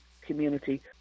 community